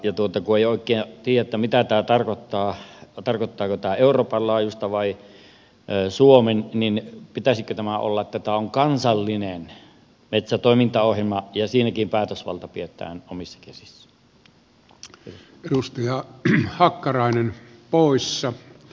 kun ei oikein tiedä mitä tämä tarkoittaa tarkoittaako tämä euroopan laajuista vai suomen niin pitäisikö tämän olla niin että tämä on kansallinen metsätoimintaohjelma ja siinäkin päätösvalta pidetään omissa käsissä